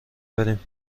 بریم